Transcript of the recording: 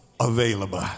available